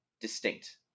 distinct